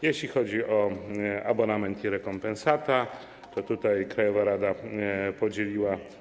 Jeśli chodzi o abonament i rekompensatę, to tutaj krajowa rada podzieliła.